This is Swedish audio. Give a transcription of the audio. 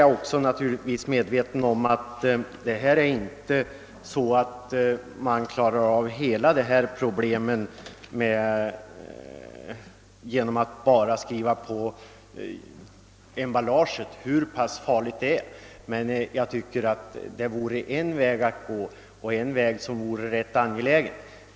Jag är medveten om att man inte kan klara dessa problem enbart genom att förse emballagen med påskrift om hur pass farligt innehållet är, men det vore dock rätt angeläget att göra detta.